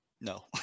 No